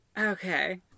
Okay